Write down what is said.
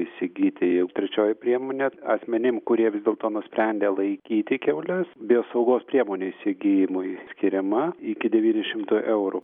įsigyti jau trečioji priemonė asmenim kurie vis dėlto nusprendė laikyti kiaules biosaugos priemonių įsigijimui skiriama iki devynių šimtų eurų